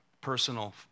personal